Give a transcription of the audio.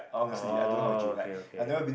oh okay okay